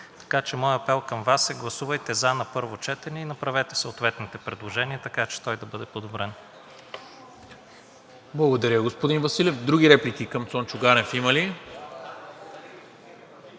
така че моят апел към Вас е: гласувайте за на първо четене и направете съответните предложения, така че той да бъде подобрен. ПРЕДСЕДАТЕЛ НИКОЛА МИНЧЕВ: Благодаря, господин Василев. Други реплики към Цончо Ганев има ли?